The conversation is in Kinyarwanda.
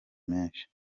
menshi